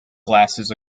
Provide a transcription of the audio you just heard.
glasses